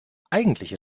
eigentliche